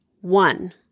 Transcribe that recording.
One